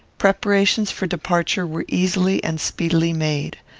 preparations for departure were easily and speedily made.